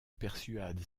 persuade